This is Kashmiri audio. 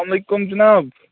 سلام علیکُم جناب